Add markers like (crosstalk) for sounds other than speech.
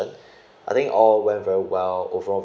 (breath) I think all very very well overall very very